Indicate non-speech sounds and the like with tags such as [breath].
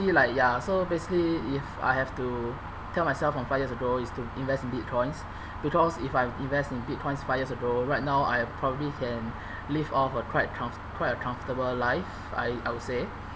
like ya so basically if I have to tell myself from five years ago is to invest in bitcoins [breath] because if I've invest in bitcoins five years ago right now I probably can [breath] live off a quite comfort quite a comfortable life I I would say